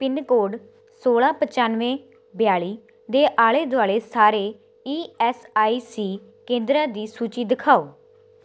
pin code ਸੌਲਾਂ ਪਚਾਨਵੇਂ ਬਿਆਲੀ ਦੇ ਆਲੇ ਦੁਆਲੇ ਸਾਰੇ ਈ ਐਸ ਆਈ ਸੀ ਕੇਂਦਰਾਂ ਦੀ ਸੂਚੀ ਦਿਖਾਓ